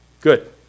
good